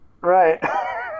right